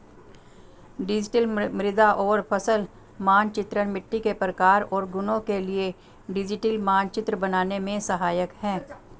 digital मृदा और फसल मानचित्रण मिट्टी के प्रकार और गुणों के लिए डिजिटल मानचित्र बनाने में सहायक है